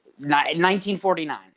1949